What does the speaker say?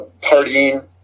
partying